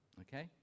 Okay